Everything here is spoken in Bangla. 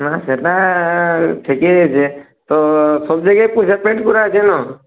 হ্যাঁ সেটা থেকে গেছে তো সব জায়গায় পয়সা পেড করা আছে ন